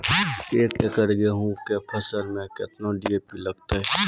एक एकरऽ गेहूँ के फसल मे केतना डी.ए.पी लगतै?